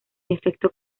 efecto